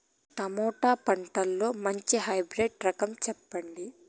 Tomato పంటలో మంచి hybrid రకం చెప్పండి?